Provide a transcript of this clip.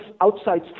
outside